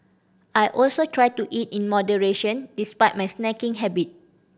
I also try to eat in moderation despite my snacking habit